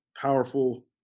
powerful